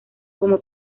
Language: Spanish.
como